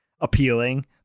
appealing